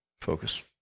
focus